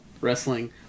wrestling